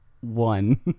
one